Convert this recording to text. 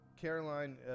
Caroline